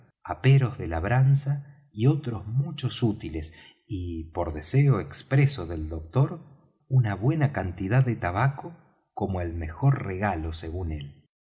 aperos de labranza y otros muchos útiles y por deseo expreso del doctor una buena cantidad de tabaco como el mejor regalo según él